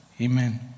Amen